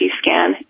scan